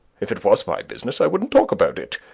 if it was my business, i wouldn't talk about it.